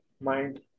mind